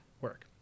work